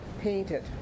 painted